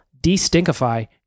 de-stinkify